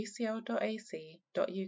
ucl.ac.uk